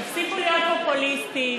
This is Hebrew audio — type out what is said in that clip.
תפסיקו להיות פופוליסטיים.